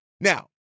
Now